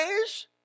ways